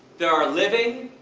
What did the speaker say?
there are living,